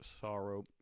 sorrow